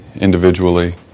individually